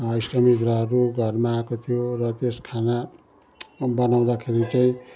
इष्टमित्रहरू घरमा आएको थियो र त्यस खाना बनाउँदाखेरि चाहिँ